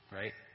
right